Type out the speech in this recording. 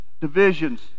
divisions